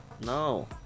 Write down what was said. No